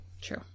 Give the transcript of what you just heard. True